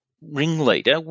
ringleader